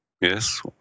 Yes